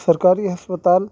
سرکاری ہسپتال